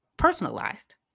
personalized